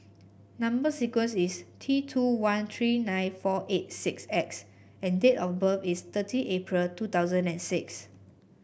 number sequence is T two one three nine four eight six X and date of birth is thirty April two thousand and six